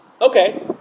okay